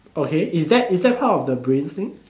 okay is that is that part of the brains thing